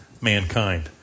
mankind